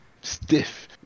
stiff